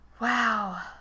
Wow